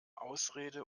ausrede